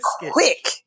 quick